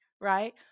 right